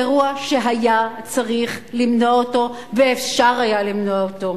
אירוע שהיה צריך למנוע אותו ואפשר היה למנוע אותו.